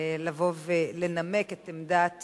לבוא ולנמק את עמדת